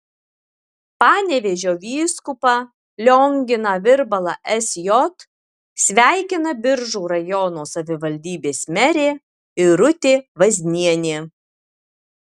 panevėžio vyskupą lionginą virbalą sj sveikina biržų rajono savivaldybės merė irutė vaznienė